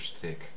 thick